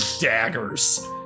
daggers